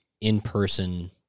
in-person